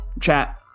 chat